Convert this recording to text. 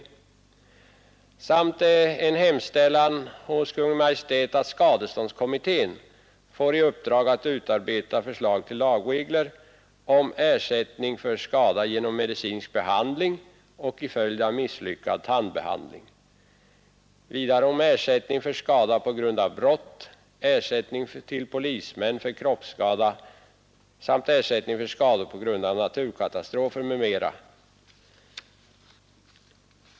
Vi vill att riksdagen skall hemställa till Kungl. Maj:t att skadeståndskommittén får i uppdrag att utarbeta förslag till lagregler om ersättning för skada genom medicinsk behandling och i följd av misslyckad tandbehandling, lagregler om ersättning för skada på grund av brott samt regler om ersättning till polismän för kroppsskada, ersättning för skador på grund av naturkatastrofer m.m.